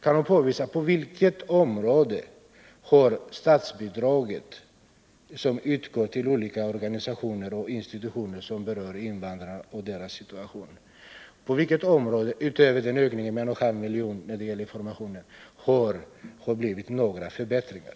Kan Karin Andersson påvisa något område där ett statsbidrag som utgått till olika organisationer och institutioner som berör invandrarna och deras situation — utöver ökningen med en och en halv miljon när det gäller informationen — medfört några förbättringar?